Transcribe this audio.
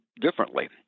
differently